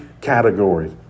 categories